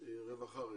הרווחה.